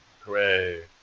Hooray